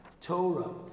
Torah